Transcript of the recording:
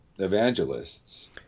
evangelists